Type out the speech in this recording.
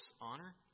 honor